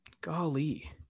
golly